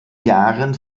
jahren